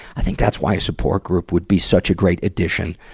i think that's why support group would be such a great addition,